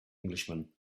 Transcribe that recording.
englishman